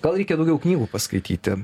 gal reikia daugiau knygų paskaityti